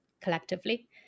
collectively